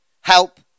help